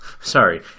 Sorry